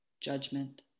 judgment